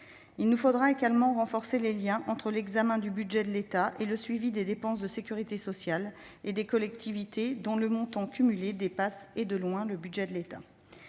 Il nous faudra également renforcer les liens entre l'examen du budget de l'État et le suivi des dépenses de sécurité sociale et de celles des collectivités, dont le montant cumulé dépasse de loin celles de l'État.